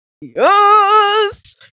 yes